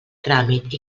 tràmit